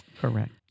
Correct